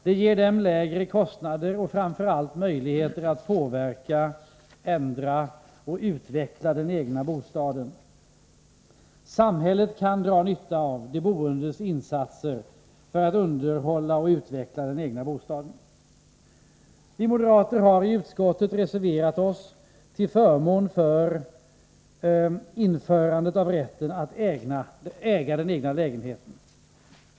Det ger dem lägre kostnader och framför allt möjligheten att påverka, ändra och utveckla den egna bostaden. Samhället kan dra nytta av de boendes insatser för att underhålla och utveckla den egna bostaden. Vi moderater i utskottet har reserverat oss till förmån för införandet av rätten att äga sin lägenhet.